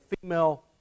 female